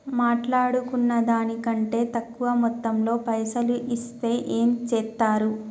మాట్లాడుకున్న దాని కంటే తక్కువ మొత్తంలో పైసలు ఇస్తే ఏం చేత్తరు?